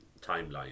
timeline